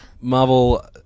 Marvel